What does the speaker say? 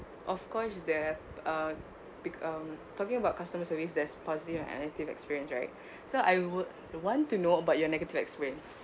of course the uh be~ um talking about customer service there's positive and negative experience right so I would want to know about your negative experience